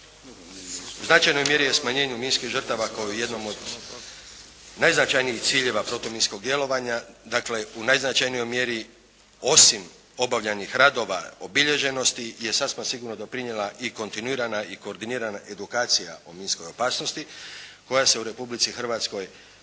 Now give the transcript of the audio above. U značajnoj mjeri je smanjenje minskih žrtva koji u jednom od najznačajnijih ciljeva protuminskog djelovanja, dakle u najznačajnijoj mjeri osim obavljenih radova obilježenosti je sasma sigurno doprinijela i kontinuirana i koordinirana edukacija o minskoj opasnosti koja se u Republici Hrvatskoj